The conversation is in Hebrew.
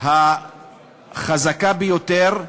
החזקה ביותר,